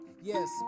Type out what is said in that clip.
Yes